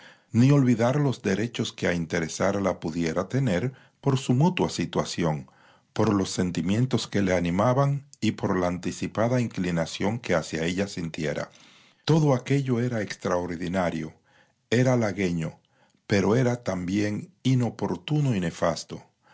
ni olvidar los derechos que a interesarla pudiera tener por su mutua situación por los sentimientos que le animaban y por la anticipada inclinación que hacia ella sintiera todo aquello era extraordinario era halagüeño pero era también inoportuno y nefasto